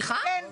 כן.